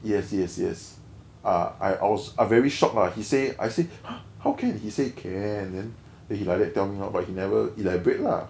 yes yes yes ah I was I very shocked lah he say I say !huh! how can he said can then he like that tell me lor but he never elaborate lah